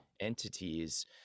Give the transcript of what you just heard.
entities